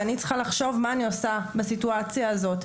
ואני צריכה לחשוב מה אני עושה בסיטואציה הזאת,